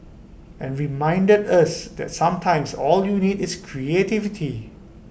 and reminded us that sometimes all you need is creativity